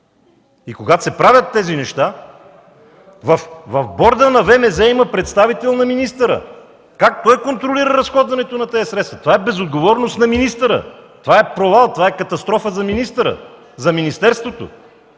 И когато се правят тези неща – в борда на ВМЗ има представител на министъра! Как той контролира разходването на тези средства? Това е безотговорност на министъра! Това е провал! Това е катастрофа за министъра, за министерството!